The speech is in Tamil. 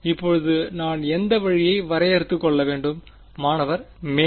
இப்போது நான் எந்த வழியை வரையறுத்துக் கொள்ள வேண்டும் மாணவர் மேலே